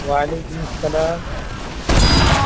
وعلیکم السلام جی